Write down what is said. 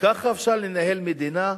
ככה אפשר לנהל מדינה?